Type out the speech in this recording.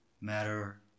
matter